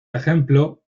ejemplo